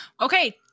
Okay